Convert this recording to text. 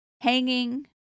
hanging